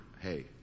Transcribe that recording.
hey